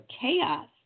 chaos